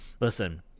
listen